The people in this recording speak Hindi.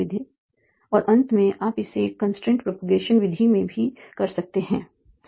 और अंत में आप इसे एक कंस्ट्रेंट प्रोपगेशन विधि में भी कर सकते हैं